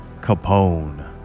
Capone